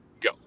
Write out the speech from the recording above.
Go